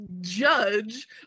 judge